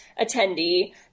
attendee